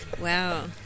Wow